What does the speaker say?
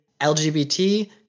LGBT